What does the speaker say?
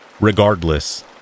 Regardless